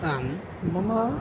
आं मम